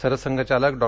सरसंघचालक डॉ